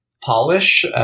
polish